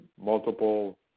multiple